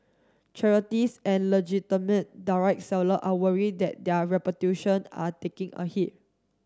charities and legitimate direct seller are worried that their reputation are taking a hit